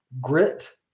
grit